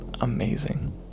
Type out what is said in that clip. amazing